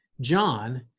John